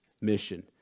mission